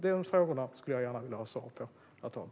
De frågorna skulle jag gärna vilja ha svar på, herr talman.